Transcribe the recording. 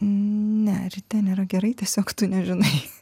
ne ryte nėra gerai tiesiog tu nežinai